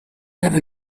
have